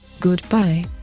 Goodbye